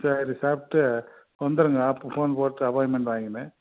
சரி சாப்பிட்டு வந்துடுங்க அப்றம் போன் போட்டு அப்பாயின்மெண்ட் வாங்கிக்கினு